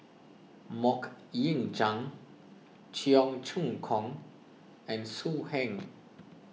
Mok Ying Jang Cheong Choong Kong and So Heng